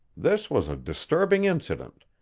this was a disturbing incident,